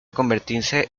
convertirse